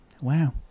Wow